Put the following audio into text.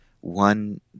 one